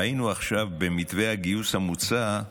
ראינו עכשיו, במתווה הגיוס המוצע,